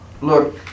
look